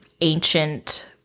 ancient